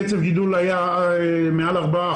בעשור האחרון קצב הגידול היה מעל ארבעה